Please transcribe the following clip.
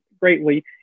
greatly